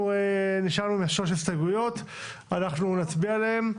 אנחנו נצביע עליהן.